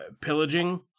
pillaging